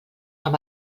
amb